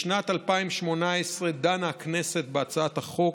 בשנת 2018 דנה הכנסת בהצעת החוק,